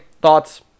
thoughts